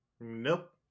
Nope